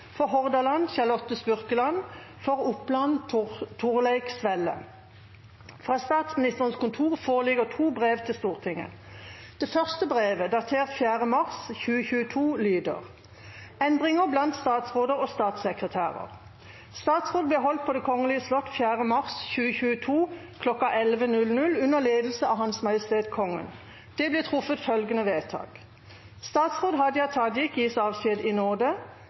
For Hordaland: Charlotte Spurkeland For Oppland: Torleik Svelle Fra Statsministerens kontor foreligger to brev til Stortinget. Det første brevet, datert 4. mars 2022, lyder: «Endringer blant statsråder og statssekretærer Statsråd ble holdt på Det kongelige slott 4. mars 2022 kl. 1100 under ledelse av Hans Majestet Kongen. Det ble truffet følgende vedtak: Statsråd Hadia Tajik gis avskjed i nåde.